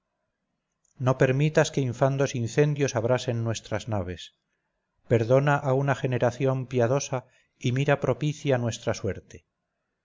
no permitas que infandos incendios abrasen nuestras naves perdona a una generación piadosa y mira propicia nuestra suerte